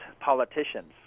politicians